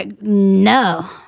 No